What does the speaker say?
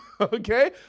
okay